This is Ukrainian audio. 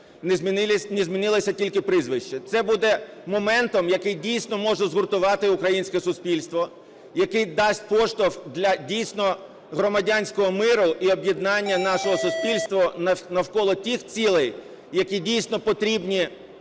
не змінилося тільки прізвище. Це буде моментом, який дійсно зможе згуртувати українське суспільство, який дасть поштовх для дійсно громадянського миру і об'єднання нашого суспільства навколо тих цілей, які дійсно потрібні